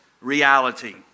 reality